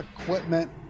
equipment